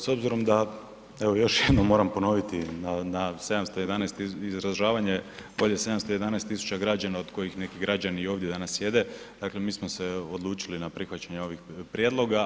S obzirom da, evo još jednom moram ponoviti na 711 izražavanje, ovdje 711 tisuća građana od kojih neki građani i ovdje danas sjede, dakle mi smo se odlučili na prihvaćanje ovih prijedloga.